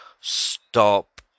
stop